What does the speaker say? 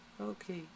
Okay